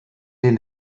den